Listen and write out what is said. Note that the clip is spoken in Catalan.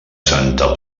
santa